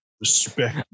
Respect